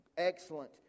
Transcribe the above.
Excellent